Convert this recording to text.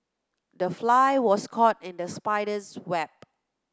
the fly was caught in the spider's web